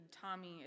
Tommy